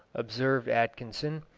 observed atkinson,